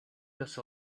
los